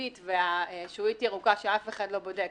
הכרובית והשעועית ירוקה, שאף אחד לא בודק,